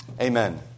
Amen